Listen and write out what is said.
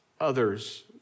others